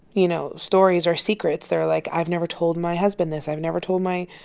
you know, stories or secrets, they're like, i've never told my husband this, i've never told my,